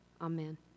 Amen